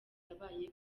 yabaye